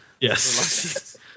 Yes